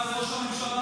חברת הכנסת דיסטל,